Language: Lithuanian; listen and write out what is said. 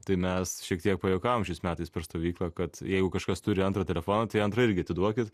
tai mes šiek tiek pajuokavom šiais metais per stovyklą kad jeigu kažkas turi antrą telefoną tai antrą irgi atiduokit